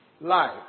life